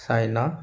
China